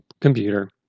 computer